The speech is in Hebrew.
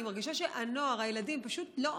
אני מרגישה שהנוער, הילדים, פשוט לא,